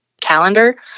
calendar